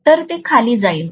तर ते खाली जाईल